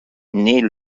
naît